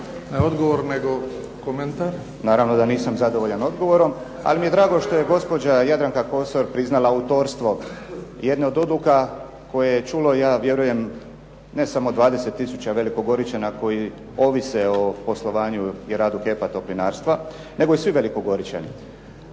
Tonino (SDP)** Naravno da nisam zadovoljan odgovorom, ali mi je drago što je gospođa Jadranka Kosor priznala autorstvo jedne od odluka koje je čulo, ja vjerujem ne samo 20 tisuća Veliko Goričana koji ovise o poslovanju i radu HEP-a Toplinarstva, nego i svi Veliko Goričani.